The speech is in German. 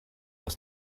aus